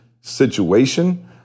situation